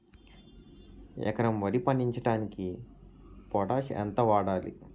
ఎకరం వరి పండించటానికి పొటాష్ ఎంత వాడాలి?